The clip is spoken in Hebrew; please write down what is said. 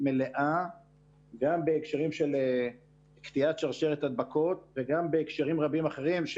מלאה גם בהקשרים של קטיעת שרשרת הדבקות וגם בהקשרים רבים אחרים.